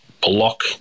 block